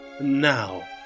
now